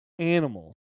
Animal